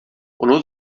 ono